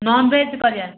non veg କରିବା